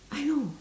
I know